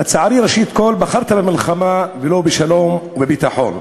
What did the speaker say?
לצערי, ראשית כול בחרת במלחמה ולא בשלום ובביטחון.